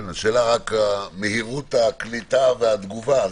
השאלה היא מהירות הקליטה והתגובה,